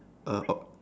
err oh